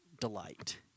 delight